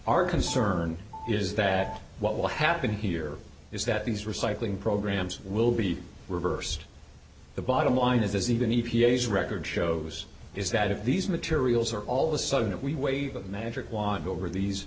our concern is that what will happen here is that these recycling programs will be reversed the bottom line is even e p a s record shows is that if these materials are all of a sudden if we wave a magic wand over these